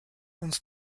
uns